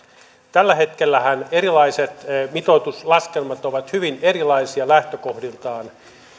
tällä hetkellähän erilaiset mitoituslaskelmat ovat hyvin erilaisia lähtökohdiltaan